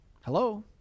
Hello